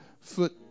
foot